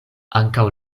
ankaŭ